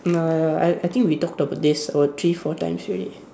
nah I I think we talked about this about three four times already